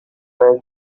belly